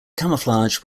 camouflage